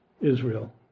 Israel